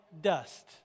dust